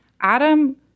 Adam